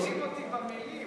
מגבילים אותי במלים.